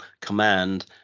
command